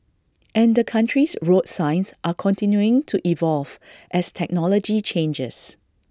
and the country's road signs are continuing to evolve as technology changes